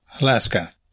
Alaska